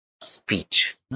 speech